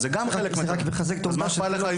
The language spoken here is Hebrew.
אז זה גם חלק מתהליך ההכשרה.